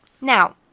Now